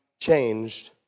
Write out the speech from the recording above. changed